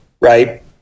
right